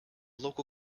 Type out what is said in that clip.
local